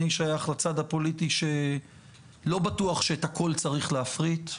אני שייך לצד הפוליטי שלא בטוח שאת הכול צריך להפריט.